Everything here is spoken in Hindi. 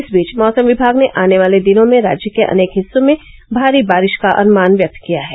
इस बीच मौसम विभाग ने आने वाले दिनों में राज्य के अनेक हिस्सो में भारी बारिश का अनुमान व्यक्त किया है